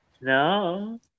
No